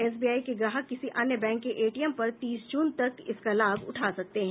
SBI के ग्राहक किसी अन्य बैंक के एटीएम पर भी तीस जून तक इसका लाभ उठा सकते हैं